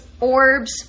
orbs